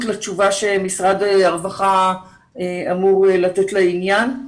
לתשובה שמשרד הרווחה אמור לתת לעניין.